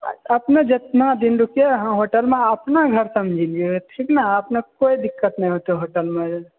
अपने जेतना दिन रुकियै यहाँ होटल मे अपने घर समझलियै ठीक ने अपने कोइ दिक्कत नहि हेतै होटल मे